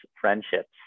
friendships